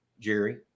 Jerry